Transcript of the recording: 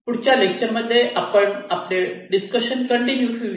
पुढच्या लेक्चर मध्ये आपण पण आपले डिस्कशन कंटिन्यू ठेवूया